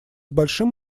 большим